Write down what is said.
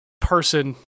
person